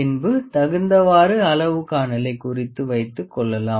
பின்பு தகுந்தவாறு அளவுகாணலை குறித்து வைத்துக் கொள்ளலாம்